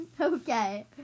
Okay